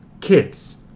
kids